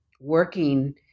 working